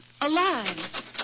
alive